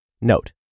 Note